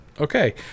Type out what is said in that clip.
Okay